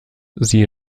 sie